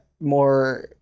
more